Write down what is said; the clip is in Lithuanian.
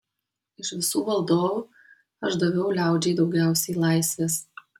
iš visų valdovų aš daviau liaudžiai daugiausiai laisvės